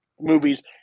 Movies